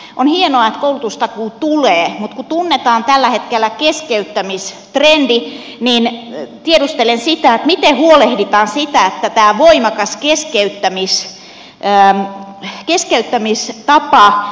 on hienoa että koulutustakuu tulee mutta kun tunnetaan tällä hetkellä keskeyttämistrendi niin tiedustelen sitä miten huolehditaan siitä että tämä voimakas keskeyttämistapa ei vesitä koulutustakuuta